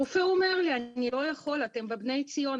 הרופא אומר לי אני לא יכול, אתם בבני ציון.